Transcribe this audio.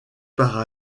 par